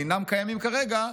אינם קיימים כרגע,